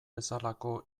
bezalako